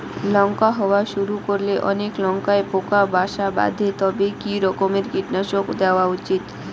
লঙ্কা হওয়া শুরু করলে অনেক লঙ্কায় পোকা বাসা বাঁধে তবে কি রকমের কীটনাশক দেওয়া উচিৎ?